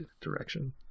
direction